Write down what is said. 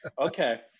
Okay